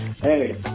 Hey